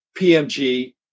PMG